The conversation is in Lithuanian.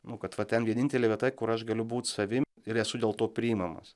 nu kad va ten vienintelė vieta kur aš galiu būt savim ir esu dėl to priimamas